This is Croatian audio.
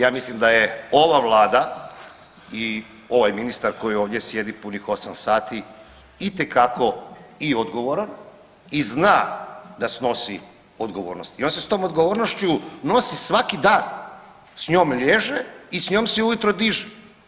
Ja mislim da je ova Vlada i ovaj ministar koji ovdje sjedi punih 8 sati itekako i odgovoran i zna da snosi odgovornost i on se s tom odgovornošću nosi svaki dan s njom liježe i s njom se u jutro diže.